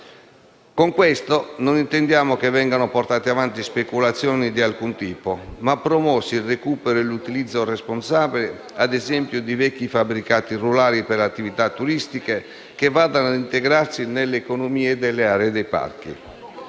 Con questo non intendiamo che vengano portate avanti speculazioni di alcun tipo, ma promossi il recupero e l'utilizzo responsabile, ad esempio, di vecchi fabbricati rurali per attività turistiche, che vadano a integrarsi nella economia delle aree dei parchi.